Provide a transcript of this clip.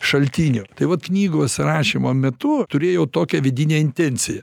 šaltinio tai vat knygos rašymo metu turėjau tokią vidinę intenciją